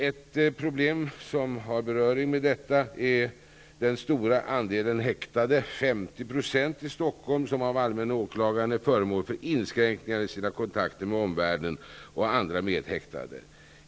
Ett annat problem är den stora andelen häktade, 50 % i Stockholm, som i och med beslut av allmänna åklagaren är föremål för inskränkningar i sina kontakter med omvärlden och andra medhäktade.